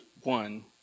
one